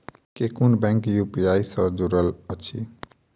केँ कुन bank UPI सँ जुड़ल अछि?